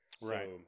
right